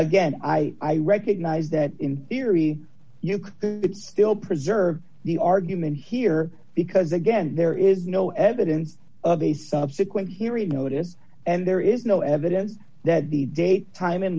again i recognize that in theory you can still preserve the argument here because again there is no evidence of a subsequent hearing notice and there is no evidence that the date time in